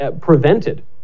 prevented